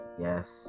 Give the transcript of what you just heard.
Yes